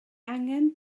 angen